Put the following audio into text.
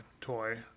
toy